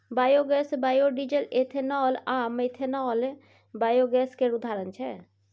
biogas, biodiesel, ethanol आ methanol biogas केर उदाहरण छै